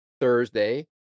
Thursday